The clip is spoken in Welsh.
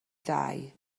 ddau